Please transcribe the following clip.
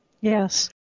Yes